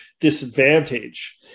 disadvantage